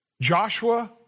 Joshua